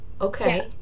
okay